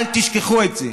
אל תשכחו את זה,